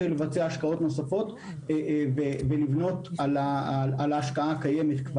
לבצע השקעות נוספות ולבנות על ההשקעה הקיימת.